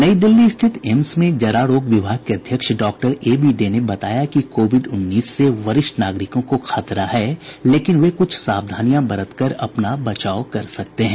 नई दिल्ली स्थित एम्स में जरा रोग विभाग के अध्यक्ष डॉक्टर ए बी डे ने बताया कि कोविड उन्नीस से वरिष्ठ नागरिकों को खतरा है लेकिन वे कुछ सावधानियां बरत कर अपना बचाव कर सकते हैं